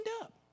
up